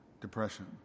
depression